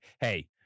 hey